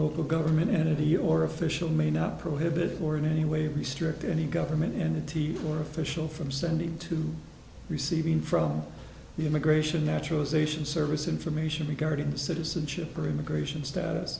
local government of the year or official may not prohibit or in any way restrict any government entity or official from sending to receiving from the immigration naturalization service information regarding the citizenship or immigration status